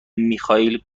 میخائیل